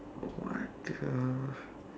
what uh